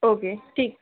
okay ठीक